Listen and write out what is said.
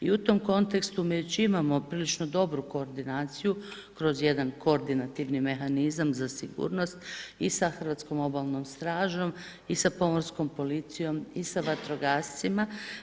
I u tom kontekstu mi već imamo prilično dobro koordinaciju kroz jedan koordinativni mehanizam za sigurnost i sa Hrvatskom obalnom stražom i sa Pomorskom policijom i sa vatrogascima.